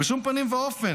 בשום פנים ואופן.